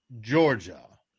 Georgia